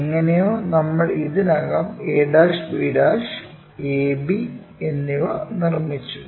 എങ്ങനെയോ നമ്മൾ ഇതിനകം ab AB എന്നിവ നിർമ്മിച്ചു